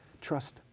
Trust